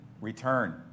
return